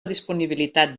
disponibilitat